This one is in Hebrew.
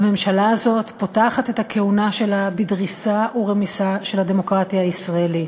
הממשלה הזאת פותחת את הכהונה שלה בדריסה ורמיסה של הדמוקרטיה הישראלית.